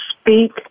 speak